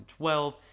2012